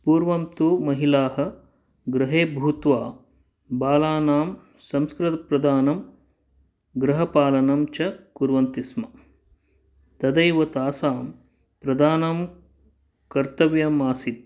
पूर्वं तु महिलाः गृहे भूत्वा बालानां संस्कृतप्रदानं गृहपालनं च कुर्वन्ति स्म तदैव तासां प्रदानं कर्तव्यम् आसीत्